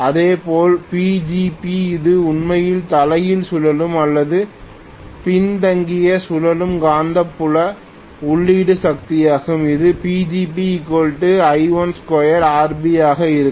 இதேபோல் Pgb இது உண்மையில் தலைகீழ் சுழலும் அல்லது பின்தங்கிய சுழலும் காந்தப்புல உள்ளீட்டு சக்தியாகும் இது PgbI12Rbஆக இருக்கும்